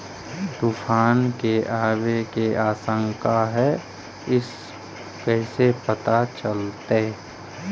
तुफान के आबे के आशंका है इस कैसे पता चलतै?